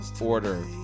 order